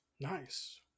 Nice